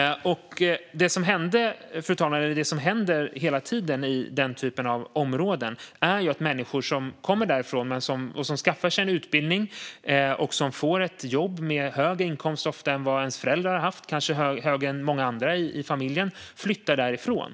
Det som händer hela tiden i den typen av områden är att människor som kommer därifrån och som skaffar sig en utbildning får jobb med ofta högre inkomster än vad föräldrarna eller andra i familjen har haft och flyttar därifrån.